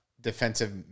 defensive